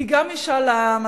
כי גם משאל העם,